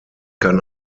kann